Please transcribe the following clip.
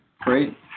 Great